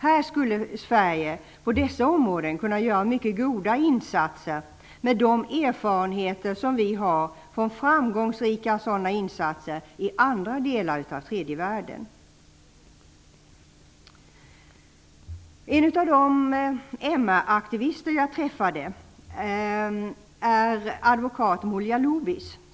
På dessa områden skulle Sverige kunna göra mycket goda insatser med de erfarenheter som vi har från framgångsrika sådana insatser i andra delar av tredje världen. En av de MR-aktivister som jag träffade är advokat Mulia Lubis.